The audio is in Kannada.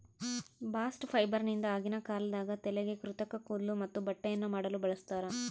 ಬಾಸ್ಟ್ ಫೈಬರ್ನಿಂದ ಆಗಿನ ಕಾಲದಾಗ ತಲೆಗೆ ಕೃತಕ ಕೂದ್ಲು ಮತ್ತೆ ಬಟ್ಟೆಯನ್ನ ಮಾಡಲು ಬಳಸ್ತಾರ